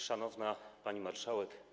Szanowna Pani Marszałek!